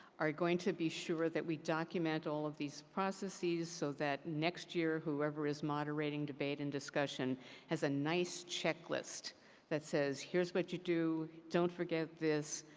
are going to be sure that we document all of these processes so that next year whoever is moderateing debate and discussion has a nice checklist that says here's what you do. don't forgive this.